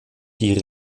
die